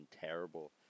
terrible